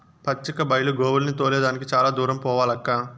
పచ్చిక బైలు గోవుల్ని తోలే దానికి చాలా దూరం పోవాలక్కా